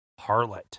Harlot